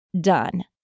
done